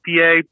PA